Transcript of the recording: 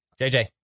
JJ